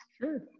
sure